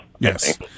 Yes